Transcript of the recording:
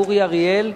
אורי אריאל,